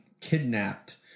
kidnapped